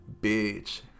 Bitch